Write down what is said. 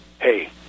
hey